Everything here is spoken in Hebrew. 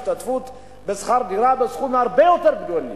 השתתפות בשכר דירה בסכום הרבה יותר גדול.